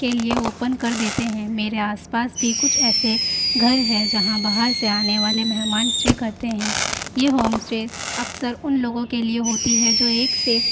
کے لیے اوپن کر دیتے ہیں میرے آس پاس بھی کچھ ایسے گھر ہیں جہاں باہر سے آنے والے مہمان اسٹے کرتے ہیں یہ ہوم اسٹے اکثر ان لوگوں کے لیے ہوتی ہے جو ایک سے